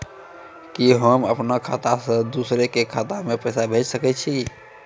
कि होम अपन खाता सं दूसर के खाता मे पैसा भेज सकै छी?